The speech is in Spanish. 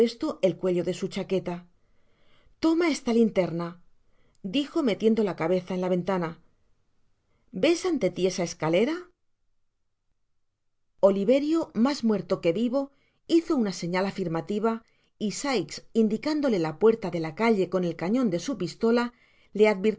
el cuello de su chaqueta toma esta linterna dijo metiendo la cabeza en la ventana ves ante ti esa escalera oliverio mas muer o que vivo hizo una serial afirmativa y sikes indicándole la puerta de la calle con el cañon de su pistola le